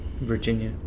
Virginia